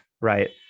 right